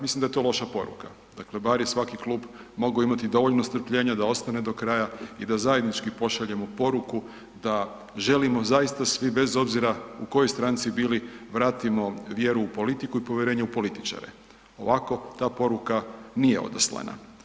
Mislim da je to loša poruka, dakle, bar je svaki klub mogao imat dovoljno strpljenja da ostane do kraja i da zajednički pošaljemo poruku da želimo zaista svi bez obzira u kojoj stranci bili, vratimo vjeru u politiku i povjerenje u političare, ovako ta poruka nije odaslana.